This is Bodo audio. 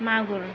मागुर